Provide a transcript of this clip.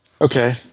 Okay